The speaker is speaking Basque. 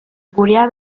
geurea